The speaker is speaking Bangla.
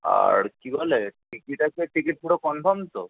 আর কী বলে টিকিট আছে টিকিট পুরো কনফার্ম তো